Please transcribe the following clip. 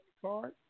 card